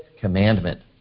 commandment